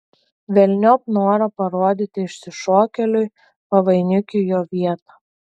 velniop norą parodyti išsišokėliui pavainikiui jo vietą